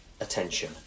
attention